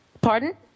Pardon